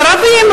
ערבים,